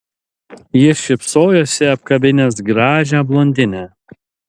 jis šypsojosi apkabinęs gražią blondinę